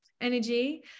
Energy